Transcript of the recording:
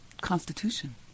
Constitution